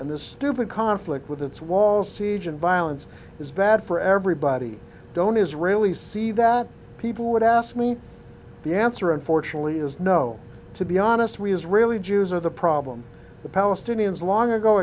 and this stupid conflict with its wall siege and violence is bad for everybody don't israelis see that people would ask me the answer unfortunately is no to be honest we israeli jews are the problem the palestinians long ago